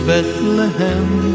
Bethlehem